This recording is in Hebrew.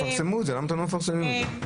תפרסמו את זה, למה אתם לא מפרסמים את זה?